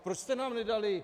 Proč jste nám nedali...